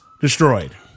destroyed